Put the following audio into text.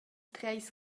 treis